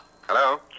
Hello